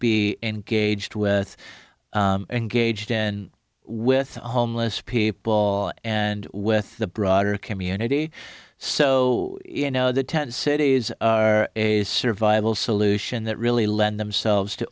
be engaged with engaged in with homeless people and with the broader community so you know the tent cities are a survival solution that really lend themselves to